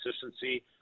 consistency